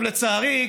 לצערי,